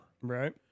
Right